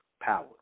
power